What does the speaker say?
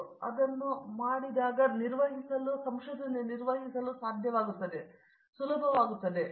ಅವರು ಅದನ್ನು ಮಾಡಿದರೆ ಅವರು ನಿರ್ವಹಿಸಲು ಸಾಧ್ಯವಾಗುತ್ತದೆ